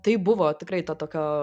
tai buvo tikrai to tokio